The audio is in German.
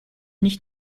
nicht